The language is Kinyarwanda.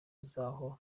zabo